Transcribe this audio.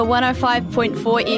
105.4